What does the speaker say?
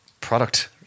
Product